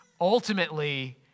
Ultimately